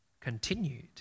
continued